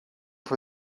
for